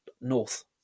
North